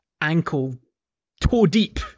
ankle-toe-deep